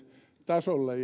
tasolle